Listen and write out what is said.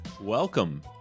Welcome